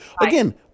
again